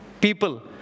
people